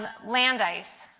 ah land ice.